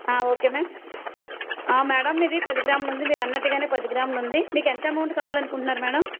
okay ma'am madam మీది పది గ్రాములు ఉంది మీరు అన్నటుగానే పది గ్రాములు ఉంది మీకు ఎంత ఎమౌంట్ కావాలి అనుకుంటున్నారు మేడం